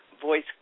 Voice